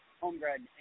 Homebred